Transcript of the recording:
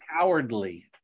cowardly